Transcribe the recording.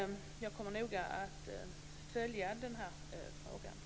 Jag kommer noga att följa denna fråga.